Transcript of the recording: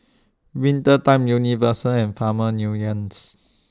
Winter Time Universal and Farmers Unions